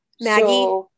Maggie